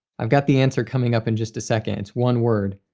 i've got the answer coming up in just a second. it's one word.